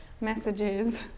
messages